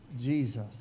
Jesus